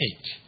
eight